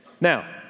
Now